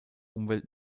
umwelt